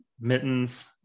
mittens